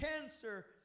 cancer